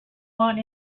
want